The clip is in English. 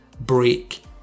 ...break